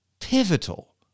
pivotal